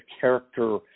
character